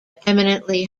eminently